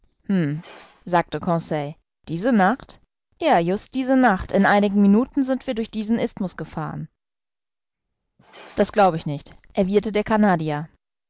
sagte conseil diese nacht ja just diese nacht in einigen minuten sind wir durch diesen isthmus gefahren das glaub ich nicht erwiderte der